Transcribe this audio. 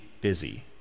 busy